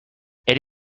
elle